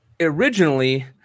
originally